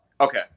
okay